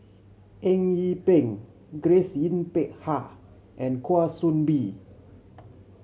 Eng Yee Peng Grace Yin Peck Ha and Kwa Soon Bee